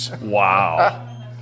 Wow